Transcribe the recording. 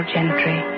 Gentry